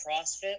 CrossFit